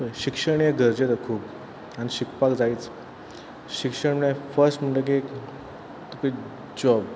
शिक्षण हें दर्जेदार खूब आनी शिकपाक जायच शिक्षण हें फस्ट म्हणटगी तुका एक जॉब